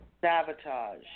Sabotage